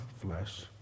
flesh